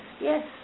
yes